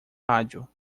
rádio